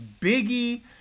biggie